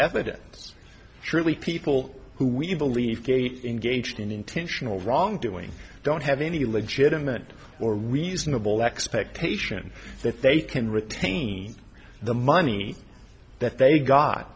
evidence surely people who we believe gates engaged in intentional wrongdoing don't have any legitimate or reasonable expectation that they can retain the money that they got